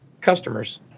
customers